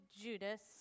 Judas